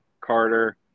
Carter